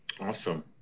awesome